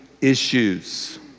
issues